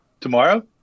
Tomorrow